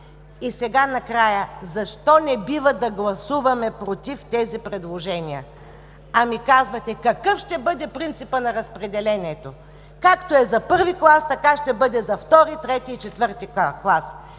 И накрая, защо не бива да гласуваме против тези предложения? А казвате какъв ще бъде принципът на разпределението. Както е за първи клас, така ще бъде за втори, трети и четвърти клас.